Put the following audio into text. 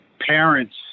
parents